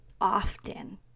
often